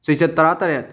ꯆꯩꯆꯠ ꯇꯔꯥꯇꯔꯦꯠ